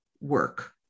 work